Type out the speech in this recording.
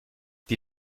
die